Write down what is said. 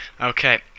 okay